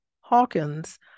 Hawkins